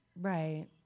Right